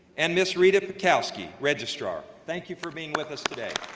and ms. reta pikowsky, registrar. thank you for being with us today.